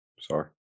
sorry